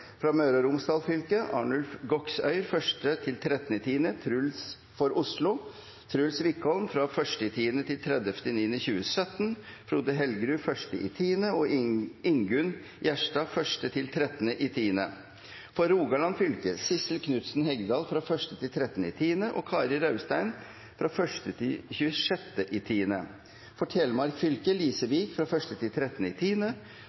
Møre og Romsdal fylke: Arnulf Goksøyr 1.–13. oktober For Oslo: Truls Wickholm 1. oktober 2016–30. september 2017, Frode Helgerud 1. oktober og Ingunn Gjerstad 1.–13. oktober For Rogaland fylke: Sissel Knutsen Hegdal 1.–13. oktober og Kari Raustein 1.–26. oktober For Telemark fylke: Lise Wiik 1.–13. oktober For Troms fylke: